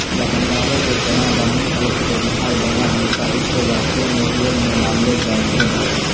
बंगालो के चना दाल मुख्य रूपो से बिहार, बंगाल, उड़ीसा इ सभ राज्यो मे उपयोग मे लानलो जाय छै